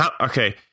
Okay